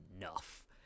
enough